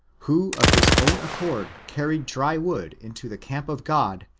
who of his own accord carried dry wood into the camp of god,